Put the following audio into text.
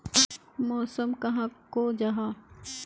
मौसम कहाक को जाहा?